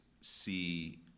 see